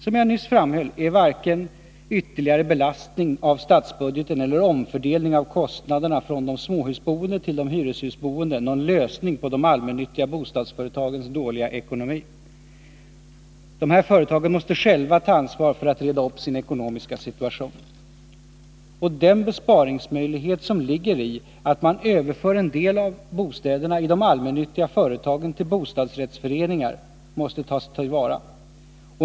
Som jag nyss framhöll är varken ytterligare belastning av statsbudgeten eller omfördelning av kostnaderna från de småhusboende till de hyreshusboende någon lösning på de allmännyttiga bostadsföretagens dåliga ekonomi. Dessa företag måste själva ta ansvar för att reda upp sin ekonomiska situation. Den besparingsmöjlighet som ligger i att man överför en del av bostäderna ide allmännyttiga företagen till bostadsrättsföreningar måste tas till vara.